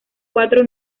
cuatro